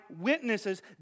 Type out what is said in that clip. witnesses